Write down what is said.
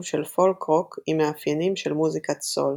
של פולק רוק עם מאפיינים של מוזיקת סול.